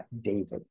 david